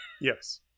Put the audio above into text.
Yes